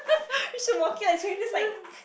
we should walk here like strangers like